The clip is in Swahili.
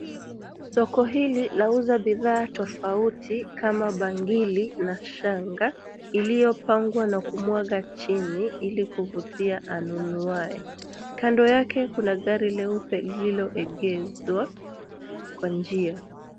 Soko hili lauza bidhaa tofauti kama bangili na shanga iliyopangwa na kumwagwa chini ili kuvutia anunuaye, kando yake kuna gari leupe lilioegezwa kwa njia.